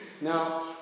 Now